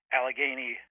Allegheny